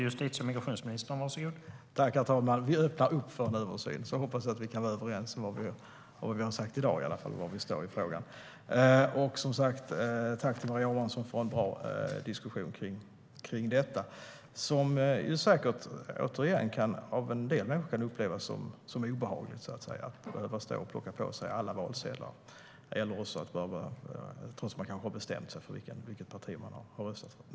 Herr talman! Vi öppnar upp för en översyn. Då hoppas jag att vi kan vara överens om vad vi har sagt i dag om var vi står i frågan. Tack till Maria Abrahamsson för en bra diskussion om detta! Det kan säkert av en del människor upplevas som obehagligt att behöva stå och plocka på sig alla valsedlar trots att man kanske har bestämt sig för vilket parti man ska rösta på.